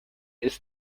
ist